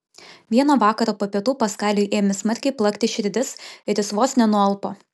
vieną vakarą po pietų paskaliui ėmė smarkiai plakti širdis ir jis vos nenualpo